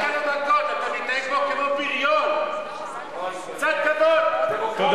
אתה עוד מעט תיתן לו מכות, אתה מתנהג